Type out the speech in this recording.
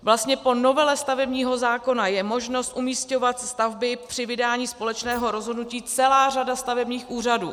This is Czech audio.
Vlastně po novele stavebního zákona je možnost umísťovat stavby při vydání společného rozhodnutí celá řada stavebních úřadů.